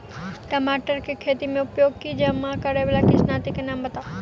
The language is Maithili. टमाटर केँ खेती मे उपयोग की जायवला कीटनासक कऽ नाम बताऊ?